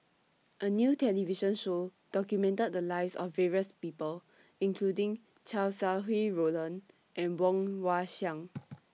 A New television Show documented The Lives of various People including Chow Sau Hai Roland and Woon Wah Siang